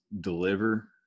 deliver